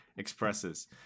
expresses